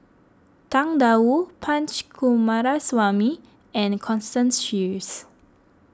Tang Da Wu Punch Coomaraswamy and Constance Sheares